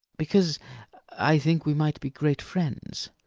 because i think we might be great friends.